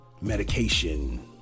medication